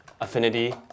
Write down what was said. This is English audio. affinity